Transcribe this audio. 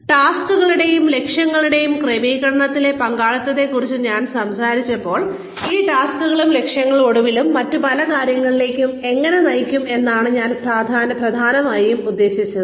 ടാസ്ക്കുകളുടെയും ലക്ഷ്യങ്ങളുടെയും ക്രമീകരണത്തിലെ പങ്കാളിത്തത്തെക്കുറിച്ച് ഞാൻ സംസാരിച്ചപ്പോൾ ഈ ടാസ്ക്കുകളും ലക്ഷ്യങ്ങളും ഒടുവിൽ മറ്റ് പല കാര്യങ്ങളിലേക്കും എങ്ങനെ നയിക്കും എന്നാണ് ഞാൻ പ്രധാനമായും ഉദ്ദേശിച്ചത്